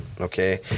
Okay